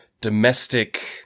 domestic